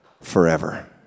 forever